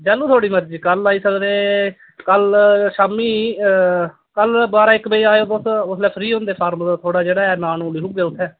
जैल्लूं थोहाडी मर्जी कल आई सकदे कल शामीं कल बारां इक बजे आएओ तुस उसलै फ्री होंदे सारे मतलब थोआड़ा जेह्ड़ा ऐ नांऽ नूंऽ लिखी ओड़गै उत्थै